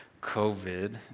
COVID